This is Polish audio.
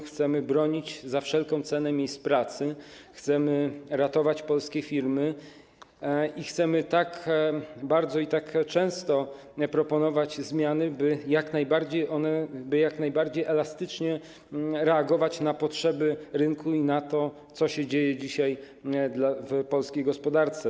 Chcemy bronić za wszelką cenę miejsc pracy, chcemy ratować polskie firmy i chcemy tak bardzo i tak często proponować zmiany, by można było jak najbardziej elastycznie reagować na potrzeby rynku i na to, co dzieje się dzisiaj w polskiej gospodarce.